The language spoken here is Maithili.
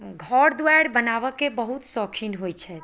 घर दुआरि बनाबैके बहुत शौकिन होइ छथि